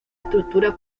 estructura